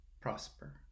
prosper